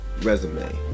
resume